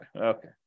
Okay